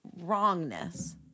wrongness